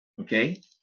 Okay